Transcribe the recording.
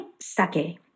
sake